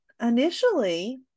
initially